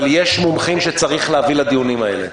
אבל יש מומחים שצריך להביא לדיונים האלה.